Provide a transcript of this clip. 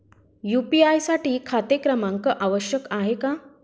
UPI साठी खाते क्रमांक आवश्यक आहे का?